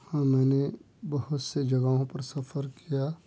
ہاں میں نے بہت سے جگہوں پر سفر کیا